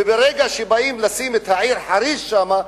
וברגע שבאים לשים את העיר חריש שם,